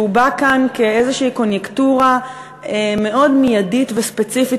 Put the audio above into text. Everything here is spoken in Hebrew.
שהוא בא כאן כאיזושהי קוניונקטורה מאוד מיידית וספציפית,